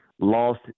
lost